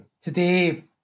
today